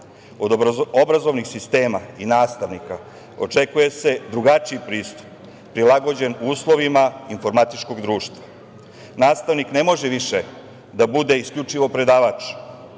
obrazovnih sistema i nastavnika očekuje se drugačiji pristup prilagođen uslovima informatičkog društva. Nastavnik ne može više da bude isključivo predavač,